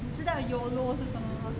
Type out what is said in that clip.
你知道 YOLO 是什么吗